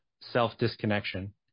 self-disconnection